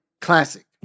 classic